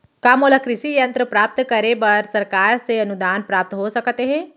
का मोला कृषि यंत्र प्राप्त करे बर सरकार से अनुदान प्राप्त हो सकत हे?